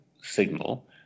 signal